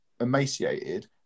emaciated